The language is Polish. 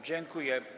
Dziękuję.